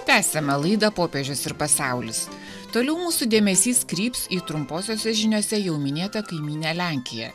tęsiame laidą popiežius ir pasaulis toliau mūsų dėmesys kryps į trumposiose žiniose jau minėtą kaimyninę lenkiją